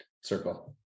circle